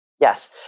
Yes